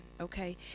Okay